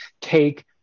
take